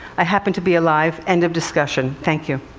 i happen to be alive, end of discussion. thank you.